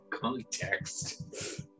Context